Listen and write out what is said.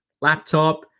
laptop